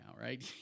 right